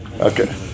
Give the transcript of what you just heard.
Okay